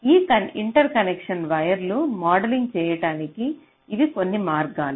ఈ ఇంటర్కనెక్షన్ వైర్ను మోడలింగ్ చేయడానికి ఇవి కొన్ని మార్గాలు